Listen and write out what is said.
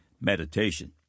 Meditation